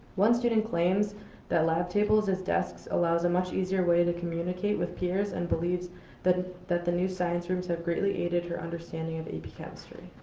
one student claims that lab tables as desks allows a much easier way to communicate with peers and believes that that the new science rooms have greatly aided her understanding of ap but chemistry.